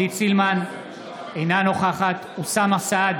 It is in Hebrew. אינה נוכחת אוסאמה סעדי,